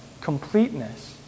completeness